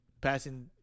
Passing